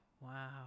Wow